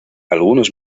algunos